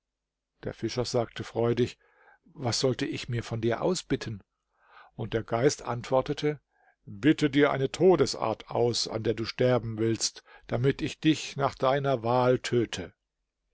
der fischer sagte freudig was sollte ich mir von dir ausbitten und der geist antwortete bitte dir eine todesart aus an der du sterben willst damit ich dich nach deiner wahl töte